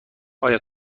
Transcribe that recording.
آیا